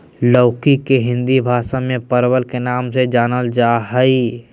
लौकी के हिंदी भाषा में परवल के नाम से जानल जाय हइ